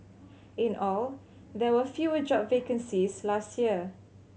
in all there were fewer job vacancies last year